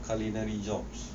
culinary jobs